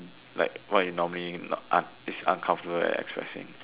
like what you normally not art is uncomfortable in expressing